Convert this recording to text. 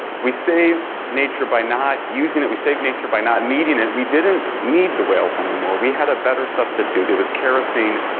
we save nature by not using it, we save nature by not needing it. we didn't need the whales anymore, we had a better substitute. it was kerosene,